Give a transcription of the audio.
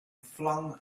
flung